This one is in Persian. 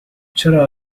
چرا